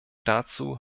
dazu